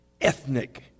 ethnic